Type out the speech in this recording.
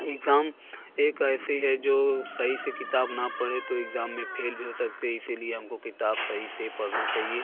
exam एक ऐसी है जो सही से किताब ना पढ़े तो इक्ज़ाम में फेल भी हो सकते हे इसी लिए हम को किताब सही से पढ़ना चाहिए